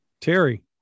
Terry